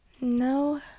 No